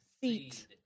Seat